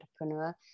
entrepreneur